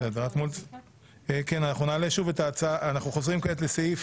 אנחנו חוזרים כעת לסעיף